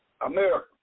America